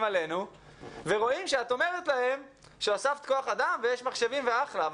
עלינו ורואים שאת אומרת להם שהוספת כוח אדם ויש מחשבים ואחלה,